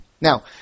Now